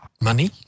Money